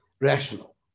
rational